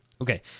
Okay